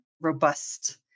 robust